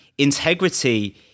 Integrity